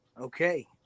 Okay